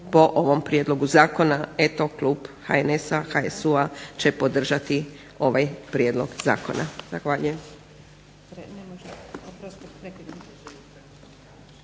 po ovom prijedlogu zakona. Eto klub HNS-HSU-a će podržati ovaj prijedlog zakona. Zahvaljujem.